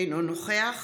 אינו נוכח